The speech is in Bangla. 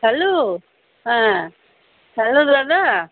হ্যালো হ্যাঁ হ্যালো দাদা